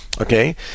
Okay